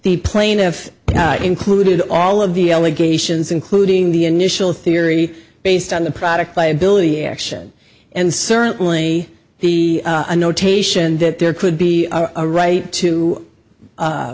the plaintiff included all of the allegations including the initial theory based on the product liability action and certainly the notation that there could be a right to